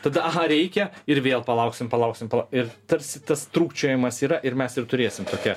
tada aha reikia ir vėl palauksim palauksim ir tarsi tas trūkčiojimas yra ir mes ir turėsim tokią